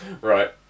right